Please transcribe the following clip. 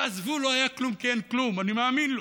תעזבו, לא היה כלום כי אין כלום, אני מאמין לו,